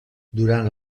durant